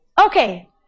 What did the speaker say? Okay